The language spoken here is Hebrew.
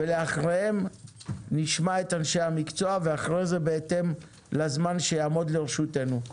אחריהם נשמע את אנשי המקצוע ואחרי זה בהתאם לזמן שיעמוד לרשותנו.